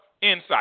insight